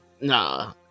Nah